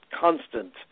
constant